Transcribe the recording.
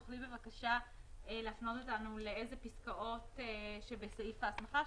האם תוכלי בבקשה להפנות אותנו לפסקאות שבסעיף ההסמכה,